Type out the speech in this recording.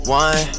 one